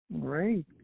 Great